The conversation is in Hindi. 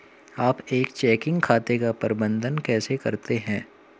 आप एक चेकिंग खाते का प्रबंधन कैसे करते हैं?